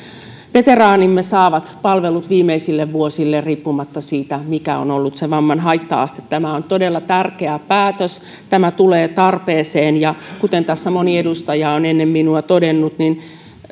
veteraanimme saavat palvelut viimeisille vuosilleen riippumatta siitä mikä on ollut se vamman haitta aste tämä on todella tärkeä päätös tämä tulee tarpeeseen kuten tässä moni edustaja on ennen minua todennut